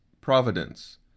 Providence